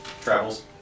travels